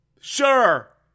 Sure